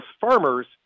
farmers